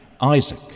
Isaac